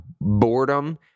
boredom